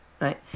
right